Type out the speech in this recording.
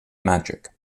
magic